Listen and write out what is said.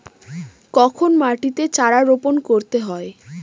কখন মাটিতে চারা রোপণ করতে হয়?